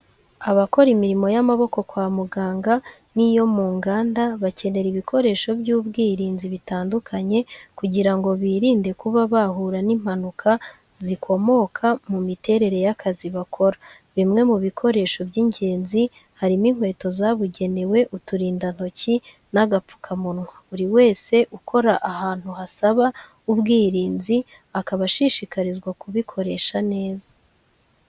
Abakora imirimo y'amaboko, kwa muganga, n'iyo mu nganda bakenera ibikoresho by'ubwirinzi bitandukanye kugira ngo birinde kuba bahura n'impanuka zikomoka ku miterere y'akazi bakora, bimwe mu bikoresho by'ingenzi harimo inkweto zabugenewe, uturindantoki n'agapfukamunwa buri wese ukora ahantu hasaba ubwirinzi akaba ashishikarizwa kubikoresha neza.